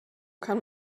kann